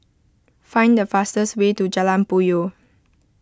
find the fastest way to Jalan Puyoh